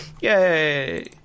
Yay